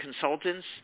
Consultants